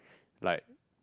like